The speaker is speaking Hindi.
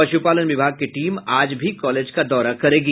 पशुपालन विभाग की टीम आज भी कॉलेज का दौरा करेगी